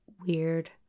weird